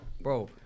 Bro